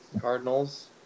Cardinals